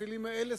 בספסלים האלה,